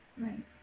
Right